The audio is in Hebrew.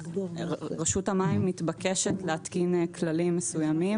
רשות המים מתבקשת להתקין כללים מסוימים